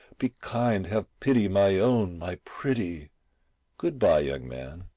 be kind, have pity, my own, my pretty good-bye, young man,